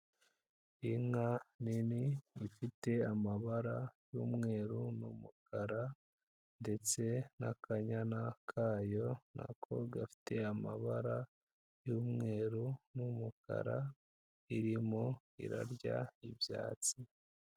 Inka nini ifite amabara y'umweru n'umukara, ndetse n'akanyana kayo nako gafite amabara y'umweru n'umukara, iririmo irarya ibyatsi.